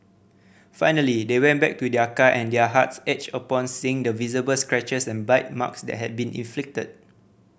finally they went back to their car and their hearts ached upon seeing the visible scratches and bite marks that had been inflicted